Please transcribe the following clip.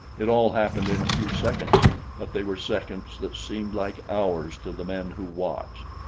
it all happened in a few seconds but they were seconds that seemed like hours to the men who watched.